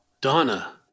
Donna